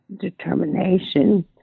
determination